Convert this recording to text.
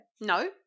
No